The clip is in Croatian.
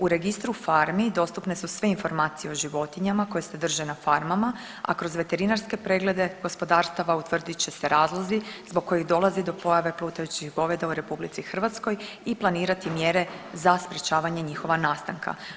U registru farmi dostupne su sve informacije o životinjama koje se drže na farmama, a kroz veterinarske preglede gospodarstava utvrdit će se razlozi zbog kojih dolazi do pojave plutajućih goveda u RH i planirati mjere za sprječavanje njihova nastanka.